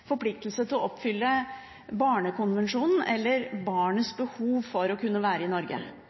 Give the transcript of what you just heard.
forpliktelse til å oppfylle Barnekonvensjonen eller med barnets behov for å kunne være i